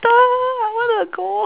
I wanna go